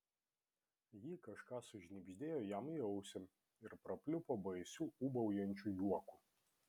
ji kažką sušnibždėjo jam į ausį ir prapliupo baisiu ūbaujančiu juoku